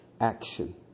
action